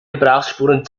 gebrauchsspuren